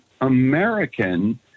American